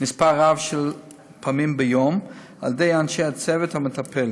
מספר רב של פעמים ביום על ידי אנשי הצוות המטפל.